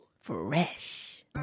Fresh